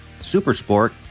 Supersport